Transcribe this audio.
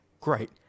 great